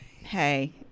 Hey